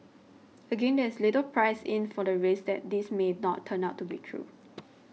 again there is little priced in for the risk that this may not turn out to be true